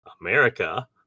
America